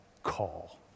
call